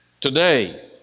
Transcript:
Today